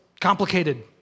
complicated